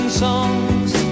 songs